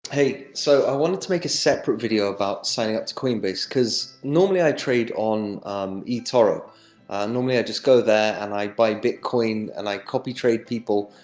hey, so i wanted to make a separate video about signing up to coinbase, because normally i trade on etoro normally i just go there, and i buy bitcoin, and i copy trade people.